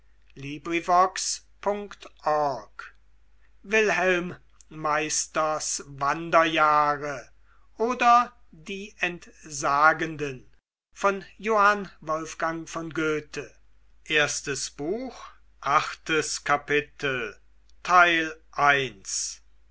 wilhelm meisters wanderjahre oder die entsagenden